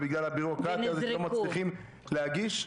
ובלי הביורוקרטיה לא מצליחים להגיש?